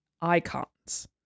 icons